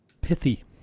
Pithy